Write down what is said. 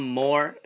more